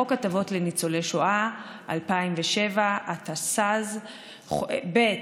חוק הטבות לניצולי שואה, התשס"ז 2007, ב.